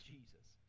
Jesus